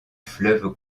fleuve